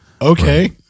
Okay